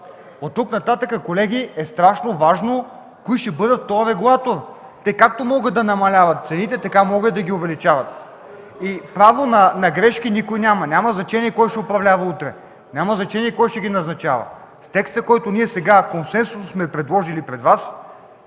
Оттук нататък, колеги, е страшно важно кои ще бъдат в този регулатор. Както могат да намаляват цените, така могат да ги увеличават. И никой няма право на грешки. Няма значение кой ще управлява утре, няма значение кой ще ги назначава. С текста, който ние консенсусно сме предложили сега пред Вас,